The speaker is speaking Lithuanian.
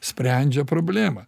sprendžia problemą